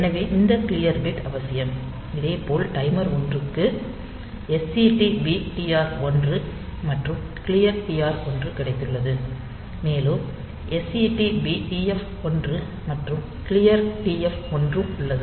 எனவே இந்த clear bit அவசியம் இதேபோல் டைமர் 1 க்கு SETB TR 1 மற்றும் க்ளியர் TR 1 கிடைத்துள்ளன மேலும் SETB TF 1 மற்றும் க்ளியர் TF1 ம் உள்ளது